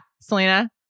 Selena